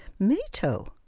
mito